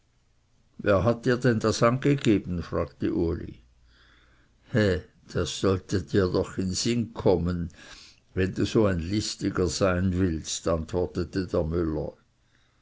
wer hat dir denn das angegeben fragte uli he das sollte dir doch in sinn kommen wenn du so ein listiger sein willst antwortete der